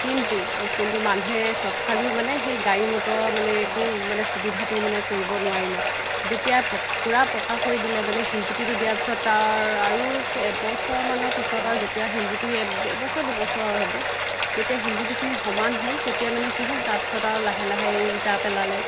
কিন্তু অ' কিন্তু মানুহে তথাপিও মানে সেই গাড়ী মটৰৰ মানে একো মানে সুবিধাটো মানে কৰিব নোৱাৰিলে যেতিয়া পূৰা পকা কৰি দিলে মানে শিলগুটিটো দিয়াৰ পিছত তাৰ আৰু এবছৰমানৰ পিছত আৰু যেতিয়া শিলগুটি এবছৰ দুবছৰ আৰু হ'ব যেতিয়া শিলগুটিখিনি সমান হ'ল তেতিয়া মানে কি হ'ল তাৰপিছত আৰু লাহে লাহে এই ইটা পেলালে